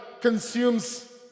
consumes